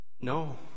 No